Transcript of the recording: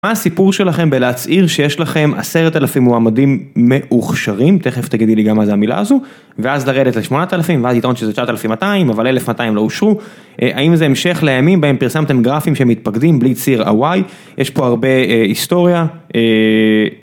מה הסיפור שלכם בלהצהיר שיש לכם עשרת אלפים מועמדים מאוכשרים, תכף תגידי לי גם מה זה המילה הזו ואז לרדת לשמונת אלפים ואז יתרון שזה תשעת אלפים ומאתיים אבל אלף ומאתיים לא אושרו, האם זה המשך לימים בהם פרסמתם גרפים שמתפקדים בלי ציר הy, יש פה הרבה היסטוריה.